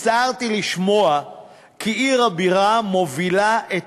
הצטערתי לשמוע כי עיר הבירה מובילה את